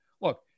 Look